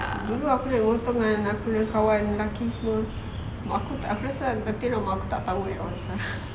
dulu aku naik motor dengan aku punya kawan lelaki semua mak aku aku rasa mak aku tak tahu at all sia